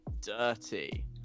Dirty